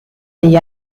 degli